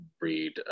read